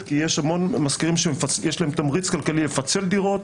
כי יש המון משכירים שיש להם תמריץ כלכלי לפצל דירות,